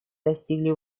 достигли